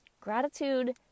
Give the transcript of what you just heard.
Gratitude